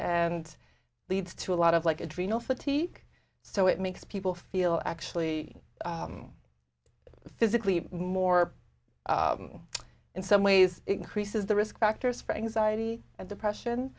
and leads to a lot of like adrenal fatigue so it makes people feel actually physically more in some ways it increases the risk factors for anxiety and depression